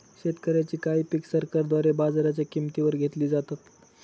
शेतकऱ्यांची काही पिक सरकारद्वारे बाजाराच्या किंमती वर घेतली जातात